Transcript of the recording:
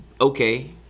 Okay